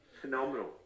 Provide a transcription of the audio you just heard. phenomenal